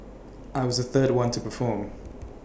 I was the third one to perform